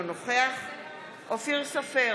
אינו נוכח אופיר סופר,